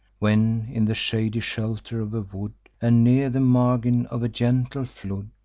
when, in the shady shelter of a wood, and near the margin of a gentle flood,